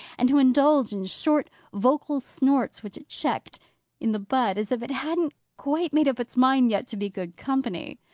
and to indulge in short vocal snorts, which it checked in the bud, as if it hadn't quite made up its mind yet to be good company.